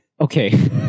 Okay